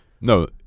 No